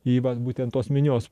į vat būtent tos minios